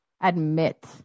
admit